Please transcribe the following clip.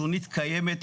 השונית קיימת,